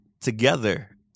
together